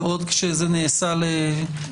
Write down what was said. ועוד כשזה נעשה לטובת הציבור.